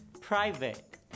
Private